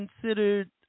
considered